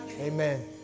Amen